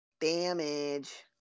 Damage